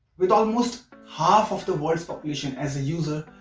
with almost half of the world's population as a user,